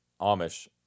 Amish